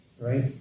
Right